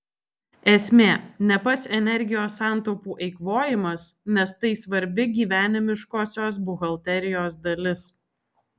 esmė ne pats energijos santaupų eikvojimas nes tai svarbi gyvenimiškosios buhalterijos dalis